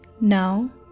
Now